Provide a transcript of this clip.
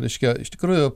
reiškia iš tikrųjų